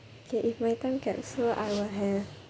okay if my time capsule I will have